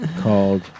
called